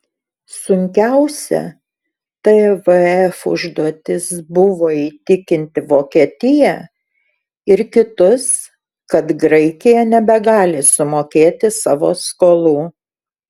sunkiausia tvf užduotis buvo įtikinti vokietiją ir kitus kad graikija nebegali sumokėti savo skolų